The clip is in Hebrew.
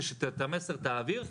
זה שאת המסר תעביר,